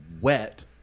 wet